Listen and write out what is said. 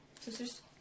Sisters